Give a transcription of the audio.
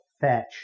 fetch